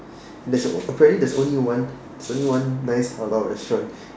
there's a apparently there's only one there's only one nice halal restaurant